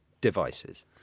devices